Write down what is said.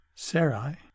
Sarai